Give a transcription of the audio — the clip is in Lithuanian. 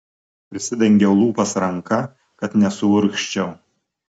prisidengiau lūpas ranka kad nesuurgzčiau